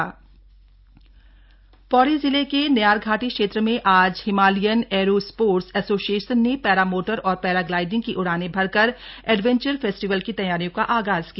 adventure festival Pauri जिले के नयारघाटी क्षेत्र में आज हिमालयन एयरो स्पोर्ट्स एसोसिएशन ने पैरा मोटर और पैराग्लाइडिंग की उड़ानें भरकर एडवेंचर फेस्टिवल की तैयारियों का आगाज किया